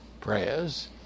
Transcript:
prayers